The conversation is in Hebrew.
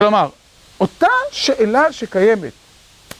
כלומר, אותה שאלה שקיימת.